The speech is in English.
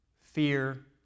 fear